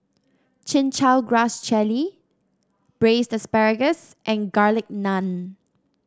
Chin Chow Grass Jelly Braised Asparagus and Garlic Naan